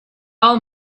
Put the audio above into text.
all